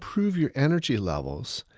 kind of your energy levels,